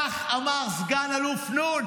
כך אמר סגן אלוף נ'.